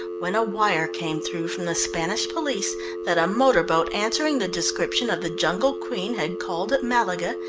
when a wire came through from the spanish police that a motor-boat answering the description of the jungle queen had called at malaga,